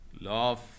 Love